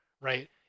Right